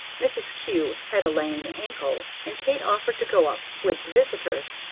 mrs. kew had a lame ankle, and kate offered to go up with the visitors.